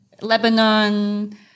Lebanon